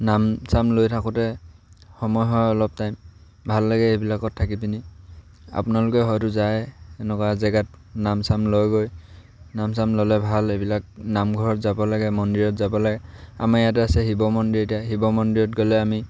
নাম চাম লৈ থাকোঁতে সময় হয় অলপ টাইম ভাল লাগে এইবিলাকত থাকি পিনি আপোনালোকে হয়তো যায় এনেকুৱা জেগাত নাম চাম লয়গৈ নাম চাম ল'লে ভাল এইবিলাক নামঘৰত যাব লাগে মন্দিৰত যাব লাগে আমাৰ ইয়াতে আছে শিৱ মন্দিৰ এতিয়া শিৱ মন্দিৰত গ'লে আমি